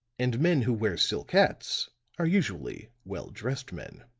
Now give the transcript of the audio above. and men who wear silk hats are usually well-dressed men.